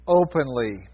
openly